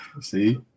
See